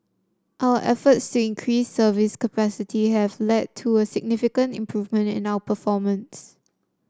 our efforts increase service capacity have led to a significant improvement in our performance